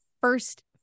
first